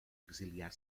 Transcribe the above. exiliar